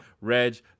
reg